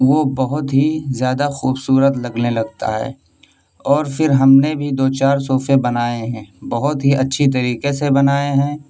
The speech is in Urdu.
وہ بہت ہی زیادہ خوبصورت لگنے لگتا ہے اور پھر ہم نے بھی دو چار صوفے بنائے ہیں بہت ہی اچّھے طریقے سے بنائے ہیں